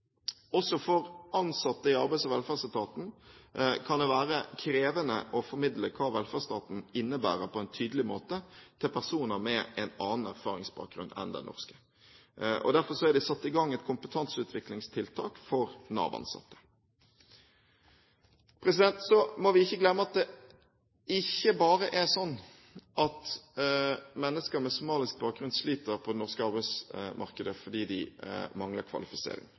Også for ansatte i Arbeids- og velferdsetaten kan det være krevende å formidle hva velferdsstaten innebærer, på en tydelig måte til personer med en annen erfaringsbakgrunn enn den norske. Derfor er det satt i gang et kompetanseutviklingstiltak for Nav-ansatte. Så må vi ikke glemme at det er ikke bare slik at mennesker med somalisk bakgrunn sliter på det norske arbeidsmarkedet fordi de mangler kvalifisering.